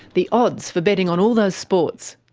the odds for betting on all those sports.